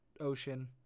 ocean